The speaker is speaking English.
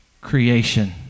creation